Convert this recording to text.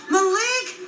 Malik